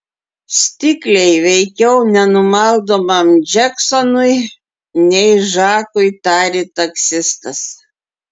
stikliai veikiau nenumaldomam džeksonui nei žakui tarė taksistas